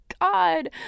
God